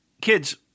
Kids